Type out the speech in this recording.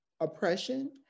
oppression